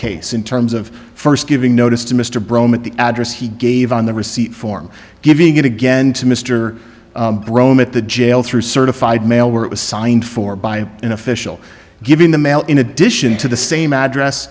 case in terms of first giving notice to mr brown at the address he gave on the receipt form giving it again to mister romit the jail through certified mail where it was signed for by an official giving the mail in addition to the same address